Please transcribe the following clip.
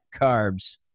carbs